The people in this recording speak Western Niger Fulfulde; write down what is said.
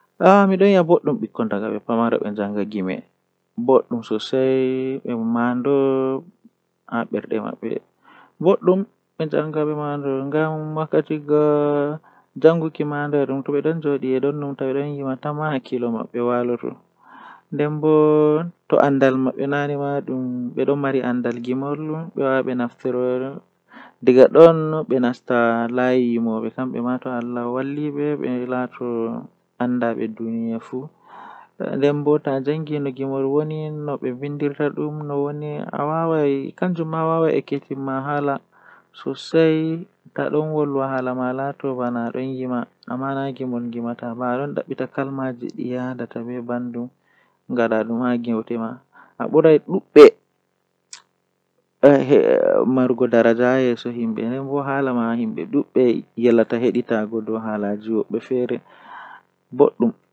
Lebbi jei buri wulugo haa mi woni latta lebbi arande nangan egaa en viya mach april mey jun pat don wuli habe julai lewru jei don feewi bo nangan nuvemba desemba janwari habe fabwari lewru jei burdaa hebugo ndiyam bo laatan julai ogos be septemba.